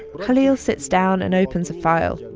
khalil sits down and opens a file.